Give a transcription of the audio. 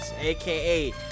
aka